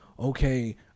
okay